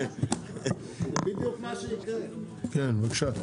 כן, בבקשה?